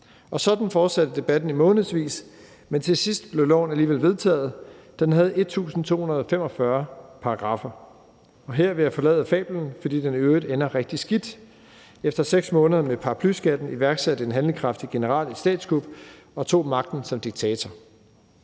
sådan fortsatte debatten i månedsvis, men til sidst blev loven alligevel vedtaget. Den havde 1.245 paragraffer. Her vil jeg forlade fablen, fordi den i øvrigt ender rigtig skidt. Efter 6 måneder med paraplyskatten iværksatte en handlekraftig general et statskup og tog magten som diktator.